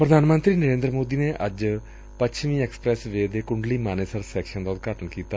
ਪ੍ਰਧਾਨ ਮੰਤਰੀ ਨਰੇਦਰ ਮੋਦੀ ਨੇ ਅੱਜ ਗੁਰੁਗਰਾਮ ਚ ਪੱਛਮੀ ਐਕਸਪ੍ਰੈਸ ਵੇਅ ਦੇ ਕੁੰਡਲੀ ਮਾਨੇਸਰ ਸੈਕਸ਼ਨ ਦਾ ਉਦਘਾਟਨ ਕੀਤਾ